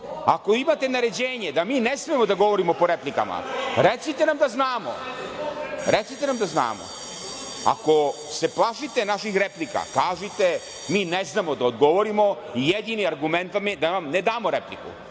Ako imate naređenje da mi ne smemo da govorimo po replikama, recite nam da znamo. Ako se plašite naših replika, kažite - mi ne znamo da odgovorimo i jedini argument je da vam ne damo repliku.